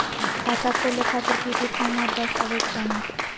खाता खोले खातिर की की फॉर्म और दस्तावेज चाही?